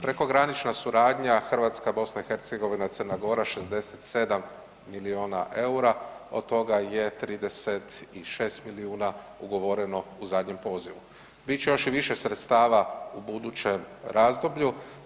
Prekogranična suradnja Hrvatska-BiH-Crna Gora 67milijuna eura od toga je 36 milijuna ugovoreno u zadnjem pozivu, bit će još i više sredstava u budućem razdoblju.